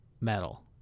metal